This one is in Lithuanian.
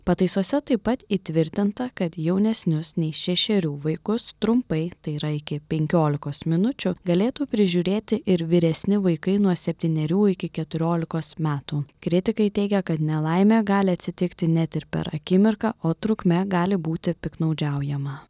pataisose taip pat įtvirtinta kad jaunesnius nei šešerių vaikus trumpai tai yra iki penkiolikos minučių galėtų prižiūrėti ir vyresni vaikai nuo septynerių iki keturiolikos metų kritikai teigia kad nelaimė gali atsitikti net ir per akimirką o trukme gali būti piktnaudžiaujama